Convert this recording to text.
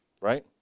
Right